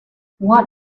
what